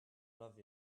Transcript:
love